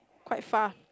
quite far